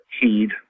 heed